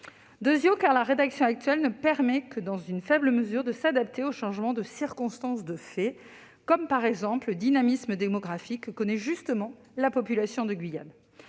une avancée., car la rédaction actuelle ne permet que dans une faible mesure de s'adapter au changement de circonstances de fait, comme, par exemple, le dynamisme démographique que connaît justement la population de Guyane.